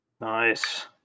Nice